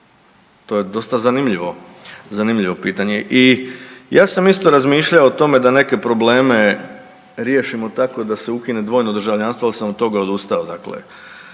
zanimljivo, zanimljivo pitanje. I ja sam isto razmišljao o tome da neke probleme riješimo tako da se ukine dvojno državljanstvo, ali sam od toga odustao.